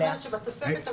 יצוין שבתוספת,